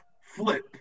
flip